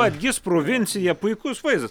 atgis provincija puikus vaizdas